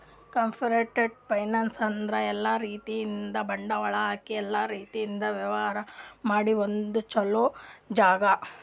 corporate finance ಅಂದ್ರ ಎಲ್ಲಾ ರೀತಿಯಿಂದ್ ಬಂಡವಾಳ್ ಹಾಕಿ ಎಲ್ಲಾ ರೀತಿಯಿಂದ್ ವ್ಯವಹಾರ್ ಮಾಡ ಒಂದ್ ಚೊಲೋ ಜಾಗ